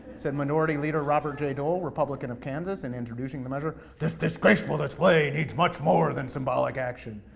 said minority leader robert j dole, republican of kansas in introducing the measure. this disgraceful display needs much more than symbolic action.